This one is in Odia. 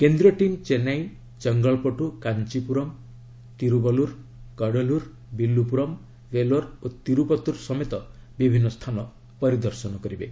କେନ୍ଦ୍ରୀୟ ଟିମ୍ ଚେନ୍ନାଇ ଚେଙ୍ଗଲପଟୁ କାଞ୍ଚପୁରମ୍ ତିରୁବଲୁର କଡଲୁର ବିଲୁପୁରମ୍ ଭେଲୋର ଓ ତିରୁପତ୍ତୁର ସମେତ ବିଭିନ୍ନ ସ୍ଥାନ ପରିଦର୍ଶନ କରିବେ